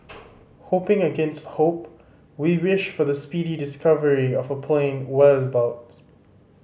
hoping against hope we wish for the speedy discovery of plane boats